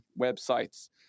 websites